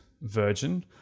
Virgin